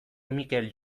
mikel